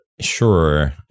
sure